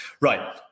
Right